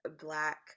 Black